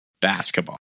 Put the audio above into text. Basketball